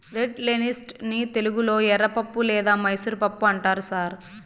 red lentils ని తెలుగులో ఎర్రపప్పు లేదా మైసూర్ పప్పు అంటారు సార్